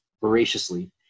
voraciously